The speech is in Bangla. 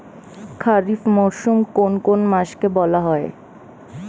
খারিফ মরশুম কোন কোন মাসকে বলা হয়?